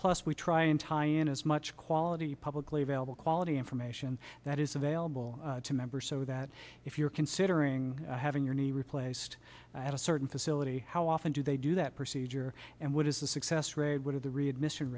plus we try and tie in as much quality publicly available quality information that is available to members so that if you're considering having your knee replaced at a certain facility how often do they do that procedure and what is the success rate what are the readmission